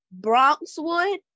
Bronxwood